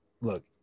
look